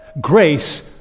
Grace